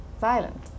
violent